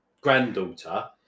granddaughter